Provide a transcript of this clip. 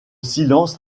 silence